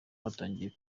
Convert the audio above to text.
yatangiye